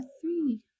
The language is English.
three